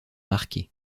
marqués